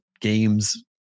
games